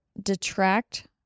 detract